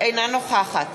אינה נוכחת